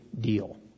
deal